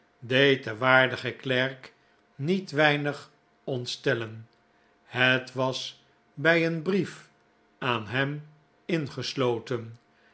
den waardigen klerk niet weinig ontstellen het was bij een brief aan hem ingesloten